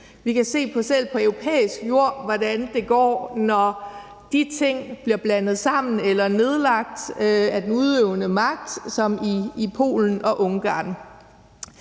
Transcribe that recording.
hvordan det selv på europæisk jord går, når de ting bliver blandet sammen eller nedlagt af den udøvende magt som i Polen og Ungarn.